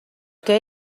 que